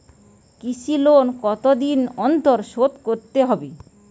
কৃষি লোন কতদিন অন্তর শোধ করতে হবে?